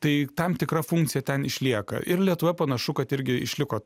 tai tam tikra funkcija ten išlieka ir lietuvoje panašu kad irgi išliko